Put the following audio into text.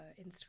Instagram